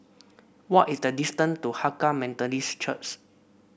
what is the distance to Hakka Methodist Church